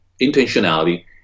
intentionality